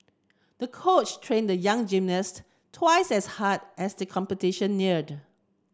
the coach trained the young gymnast twice as hard as the competition neared